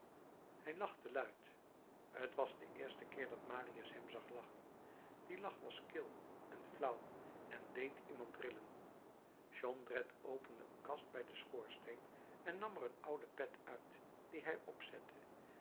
hij lachte luide t was de eerste keer dat marius hem zag lachen die lach was kil en flauw en deed iemand rillen jondrette opende een kast bij den schoorsteen en nam er een oude pet uit die hij opzette